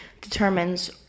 determines